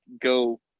go